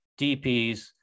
DPs